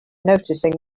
noticing